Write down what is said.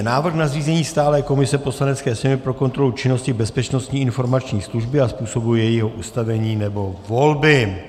Návrh na zřízení stálé komise Poslanecké sněmovny pro kontrolu činnosti Bezpečnostní informační služby a způsobu jejího ustavení nebo volby